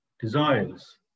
desires